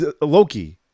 Loki